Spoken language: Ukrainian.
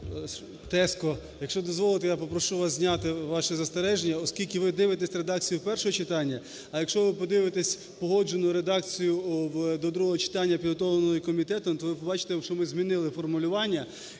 тезко! Якщо дозволите, я попрошу вас зняти ваші застереження, оскільки ви дивитеся редакцію першого читання. А якщо ви подивитесь погоджену редакцію до другого читання, підготовлену комітетом, то ви побачите, що ми змінили формулювання,